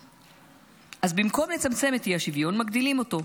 אז במקום לצמצם את האי-שוויון מגדילים אותו.